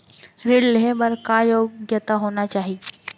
ऋण लेहे बर का योग्यता होना चाही?